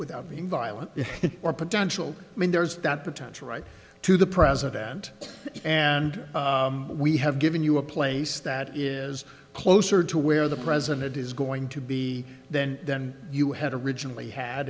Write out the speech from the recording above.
without being violent or potential i mean there's that potential right to the president and we have given you a place that is closer to where the president is going to be than than you had originally ha